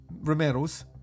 Romero's